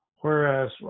Whereas